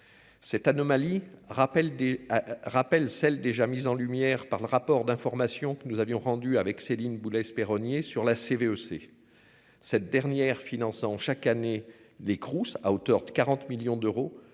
Cette anomalie rappel des rappellent celles déjà mises en lumière par le rapport d'information que nous avions rendu avec Céline Boulay-Espéronnier sur la CV c'est. Cette dernière finançant chaque année des Crous à hauteur de 40 millions d'euros